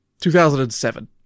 2007